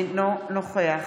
אינו נוכח